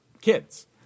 kids